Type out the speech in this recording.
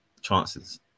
chances